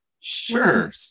Sure